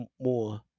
more